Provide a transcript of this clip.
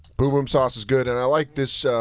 boom sauce is good. and i like this,